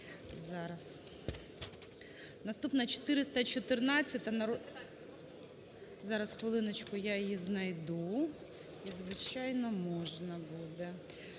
наступна – 414-а… зараз хвилиночку, я її знайду і звичайно можна буде.